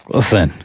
Listen